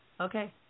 Okay